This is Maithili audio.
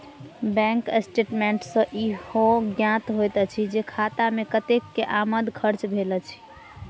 बैंक स्टेटमेंट सॅ ईहो ज्ञात होइत अछि जे खाता मे कतेक के आमद खर्च भेल अछि